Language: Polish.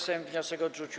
Sejm wniosek odrzucił.